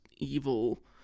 evil